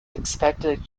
expected